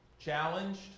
challenged